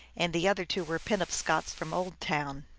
and the other two were penobscots from old town.